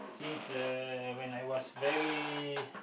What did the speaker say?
since uh when I was very